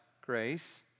grace